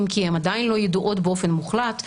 אם כי הן עדיין לא ידועות באופן מוחלט,